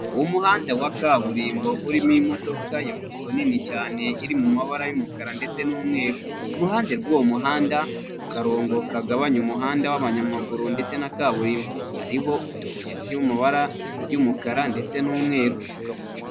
Uwo muhanda wa kaburimbo urimo imodoka ya fuso nini cyane iri mu mabara y'umukara ndetse n'umweru, ku ruhande rw'uwo muhanda ku karongo kagabanya umuhanda w'abanyamaguru ndetse na kaburimbo, hariho utubuye turi mu mabara y'umukara ndetse n'umweru.